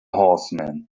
horsemen